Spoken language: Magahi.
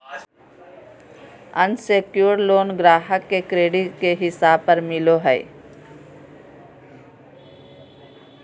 अनसेक्योर्ड लोन ग्राहक के क्रेडिट के हिसाब पर मिलो हय